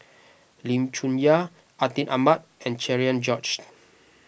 Lim Chong Yah Atin Amat and Cherian George